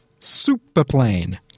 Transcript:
superplane